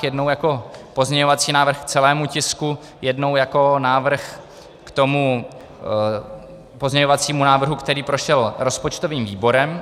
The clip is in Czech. Jednou jako pozměňovací návrh k celému tisku, jednou jako návrh k pozměňovacímu návrhu, který prošel rozpočtovým výborem.